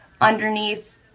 underneath